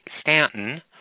Stanton